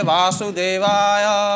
Vasudevaya